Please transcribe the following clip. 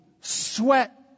sweat